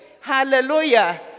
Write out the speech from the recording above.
Hallelujah